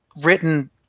written